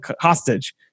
hostage